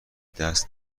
دست